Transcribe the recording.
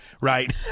right